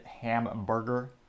hamburger